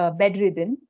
bedridden